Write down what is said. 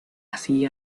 así